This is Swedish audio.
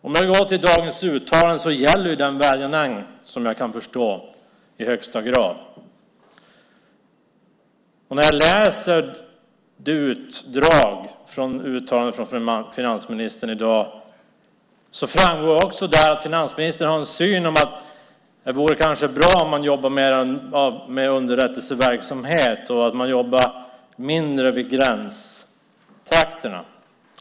Att döma av dagens uttalande gäller den vädjan än i hög grad, vad jag kan förstå. Ur uttalandet från finansministern i dag framgår också att finansministern har synen att det kanske vore bra om man jobbade mer med underrättelseverksamhet och mindre i gränstrakterna.